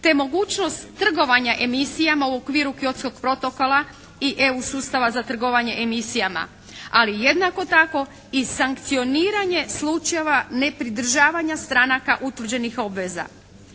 te mogućnost trgovanja emisijama u okviru Kyotskog protokola i EU sustava za trgovanje emisijama ali jednako tako i sankcioniranje slučajeva nepridržavanja stranaka utvrđenih obveza.